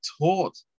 taught